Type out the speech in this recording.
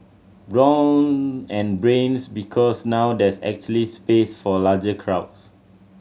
brawn and Brains Because now there's actually space for larger crowds